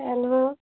hello